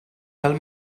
dal